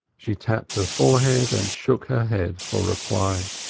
she tapped her forehead and shook her head for reply.